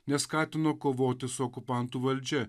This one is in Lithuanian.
neskatino kovoti su okupantų valdžia